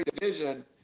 division